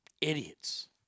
Idiots